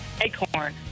Acorn